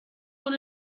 con